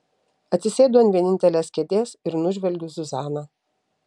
atsisėdu ant vienintelės kėdės ir nužvelgiu zuzaną